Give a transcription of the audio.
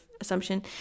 assumption